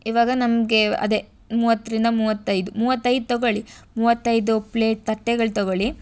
ಇವಾಗ ನಮಗೆ ಅದೇ ಮೂವತ್ತರಿಂದ ಮೂವತ್ತೈದು ಮೂವತ್ತೈದು ತಗೊಳ್ಳಿ ಮೂವತ್ತೈದು ಪ್ಲೇಟ್ ತಟ್ಟೆಗಳು ತಗೊಳ್ಳಿ